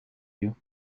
you